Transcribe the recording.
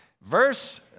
Verse